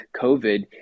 COVID